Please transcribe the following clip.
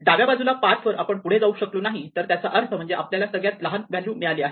डाव्या बाजूच्या पाथ वर आपण पुढे जाऊ शकलो नाही तर त्याचा अर्थ म्हणजे आपल्याला सगळ्यात लहान व्हॅल्यू मिळाली आहे